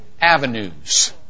avenues